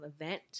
event